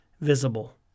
visible